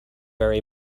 very